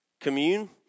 commune